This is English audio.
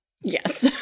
Yes